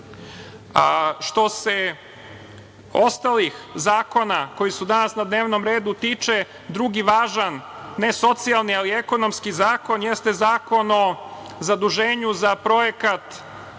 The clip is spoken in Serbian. se ostalih zakona koji su danas na dnevnom redu tiče, drugi važan, ne socijalni, ali ekonomski zakon, jeste Zakon o zaduženju za projekat